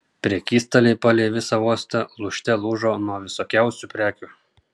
prekystaliai palei visą uostą lūžte lūžo nuo visokiausių prekių